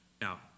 Now